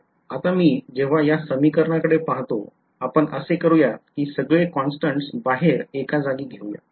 तर आता मी जेव्हा या समीकरणाकडे पाहतो आपण असे करूयात कि सगळे काँस्टंट्स बाहेर एका जागी घेऊ